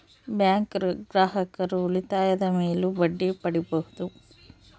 bank ಗ್ರಾಹಕರು ಉಳಿತಾಯದ ಮೇಲೂ ಬಡ್ಡಿ ಪಡೀಬಹುದು